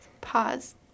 Pause